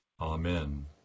Amen